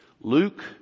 Luke